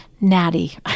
natty